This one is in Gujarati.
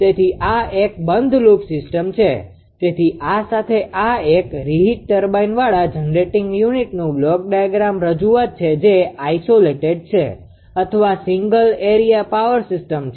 તેથી આ એક બંધ લૂપ સિસ્ટમ છે તેથી આ સાથે આ એક રીહીટ ટર્બાઇન વાળા જનરેટિંગ યુનિટનું બ્લોક ડાયાગ્રામ રજૂઆત છે જે આઈસોલેટેડ છે અથવા સિંગલ એરિયા પાવર સિસ્ટમ છે